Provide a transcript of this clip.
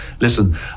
listen